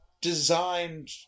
designed